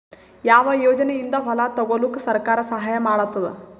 ಯಾವ ಯೋಜನೆಯಿಂದ ಹೊಲ ತೊಗೊಲುಕ ಸರ್ಕಾರ ಸಹಾಯ ಮಾಡತಾದ?